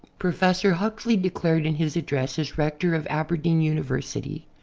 professor huxley declared in his address as rector of aberdeen university.